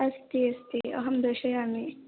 अस्ति अस्ति अहं दर्शयामि